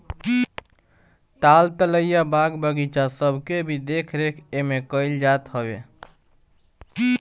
ताल तलैया, बाग बगीचा सबके भी देख रेख एमे कईल जात हवे